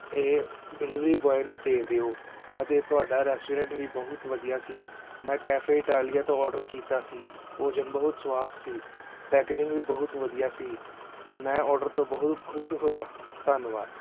ਇਹ delivery boy ਨੂੰ ਦੇ ਦਿਓ ਅਤੇ ਤੁਹਾਡਾ ਰੈਸਟੋਰੈਂਟ ਵੀ ਬਹੁਤ ਵਧੀਆ ਸੀ ਮੈਂ ਕੈਫੇ ਇਟਾਲੀਆ ਤੋਂ ਔਡਰ ਕੀਤਾ ਸੀ ਭੋਜਨ ਬਹੁਤ ਸਵਾਦ ਸੀ ਪੈਕਜਿੰਗ ਵੀ ਬਹੁਤ ਵਧੀਆ ਸੀ ਮੈਂ ਔਡਰ ਤੋਂ ਬਹੁਤ ਖੁਸ਼ ਹੋਇਆ ਧੰਨਵਾਦ